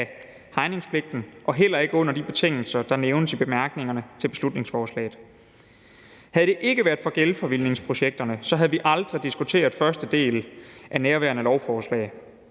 af hegningspligten, heller ikke på de betingelser, der nævnes i bemærkningerne til lovforslaget. Havde det ikke været for genforvildningsprojekterne, havde vi aldrig diskuteret første del af nærværende lovforslag.